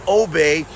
obey